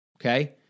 okay